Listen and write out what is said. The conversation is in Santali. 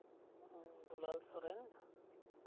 ᱫᱩᱞᱟᱞ ᱥᱚᱨᱮᱱ